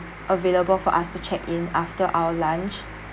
available for us to check in after our lunch